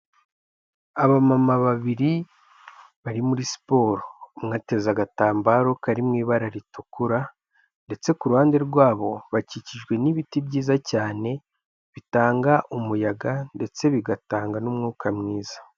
Abamama babiri bari muri siporo, umwe ateze agatambaro kari mu ibara ritukura ndetse ku ruhande rwabo, bakikijwe n'ibiti byiza cyane bitanga umuyaga ndetse bigatanga n'umwuka mwiza.